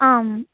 आम्